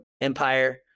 empire